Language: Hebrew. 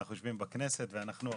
אנחנו יושבים בכנסת ואנחנו הרשות,